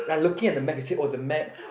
like looking at the map or the map